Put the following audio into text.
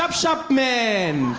shop, shop man!